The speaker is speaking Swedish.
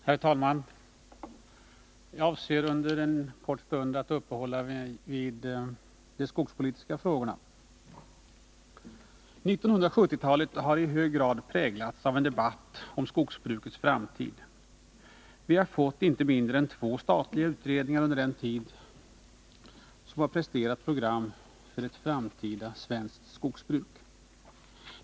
Herr talman! Jag avser att under en kort stund uppehålla mig vid de skogspolitiska frågorna. 1970-talet har i hög grad präglats av en debatt om skogsbrukets framtid. Vi har fått inte mindre än två statliga utredningar under den tiden som presenterat program för ett framtida svenskt skogsbruk.